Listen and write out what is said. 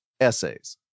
essays